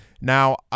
Now